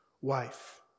wife